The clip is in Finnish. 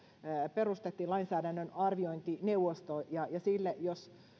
perustettiin lainsäädännön arviointineuvosto sille jos